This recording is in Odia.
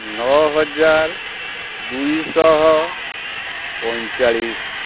ନଅହଜାର ଦୁଇଶହ ପଇଁଚାଳିଶ